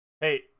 Hey